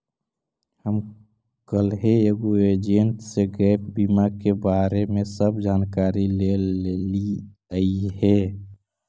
हम कलहे एगो एजेंट से गैप बीमा के बारे में सब जानकारी ले लेलीअई हे